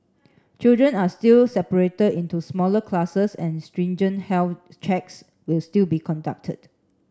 children are still separated into smaller classes and stringent health checks will still be conducted